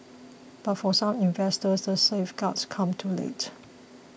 but for some investors the safeguards come too late